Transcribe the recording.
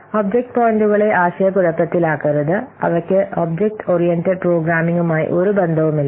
object പോയിന്റുകളെ ആശയക്കുഴപ്പത്തിലാക്കരുത് അവയ്ക്ക് ഒബ്ജക്റ്റ് ഓറിയന്റഡ് പ്രോഗ്രാമിംഗുമായി ഒരു ബന്ധവുമില്ല